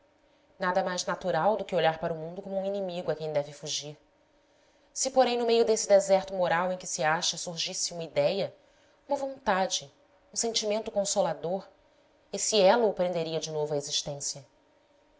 nada mais natural do que olhar para o mundo como um inimigo a quem deve fugir se porém no meio desse deserto moral em que se acha surgisse uma idéia uma vontade um sentimento conso lador esse elo o prenderia de novo à existência